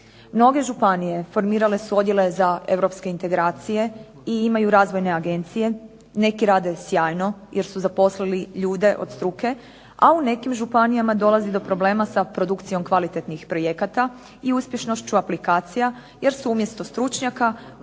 Mnoge županije formirale su odjele za europske integracije i imaju razvojne agencije. Neki rade sjajno jer su zaposlili ljude od struke, a u nekim županijama dolazi do problema sa produkcijom kvalitetnih projekata i uspješnošću aplikacija jer su umjesto stručnjaka